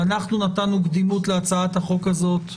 ואנחנו נתנו קדימות להצעת החוק הזאת כאן,